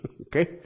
Okay